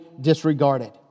disregarded